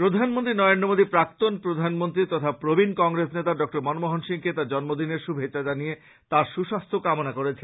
প্রধানমন্ত্রী নরেন্দ্র মোদী প্রাক্তন প্রধানমন্ত্রী তথা প্রবীন কংগ্রেস নেতা ডক্টর মনমোহন সিংকে তার জন্ম দিনের শুভেচ্ছা জানিয়ে তার সু স্বাস্থ্য কামনা করেছেন